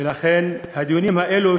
ולכן, הדיונים האלה,